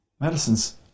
medicine's